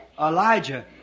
Elijah